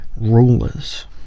rulers